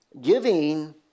Giving